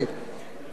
אשוב ואדגיש,